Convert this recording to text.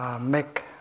Make